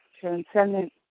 transcendent